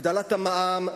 הגדלת המע"מ,